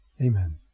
Amen